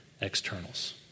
externals